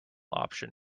option